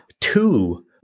Two